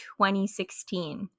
2016